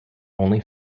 only